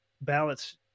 ballots